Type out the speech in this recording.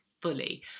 fully